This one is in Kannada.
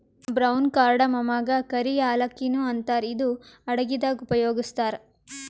ಬ್ರೌನ್ ಕಾರ್ಡಮಮಗಾ ಕರಿ ಯಾಲಕ್ಕಿ ನು ಅಂತಾರ್ ಇದು ಅಡಗಿದಾಗ್ ಉಪಯೋಗಸ್ತಾರ್